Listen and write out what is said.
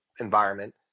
environment